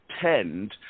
tend